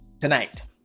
tonight